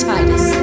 Titus